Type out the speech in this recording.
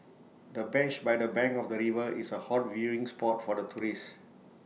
the bench by the bank of the river is A hot viewing spot for the tourists